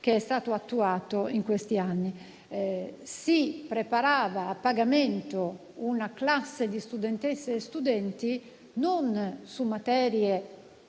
che è stato attuato in questi anni. Si preparava a pagamento una classe di studentesse e studenti non su materie